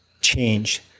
change